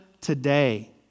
today